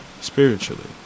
spiritually